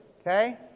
okay